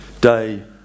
day